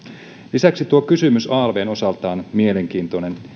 lisäksi tuo kysymys alvn osalta on mielenkiintoinen